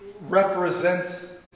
represents